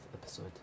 episode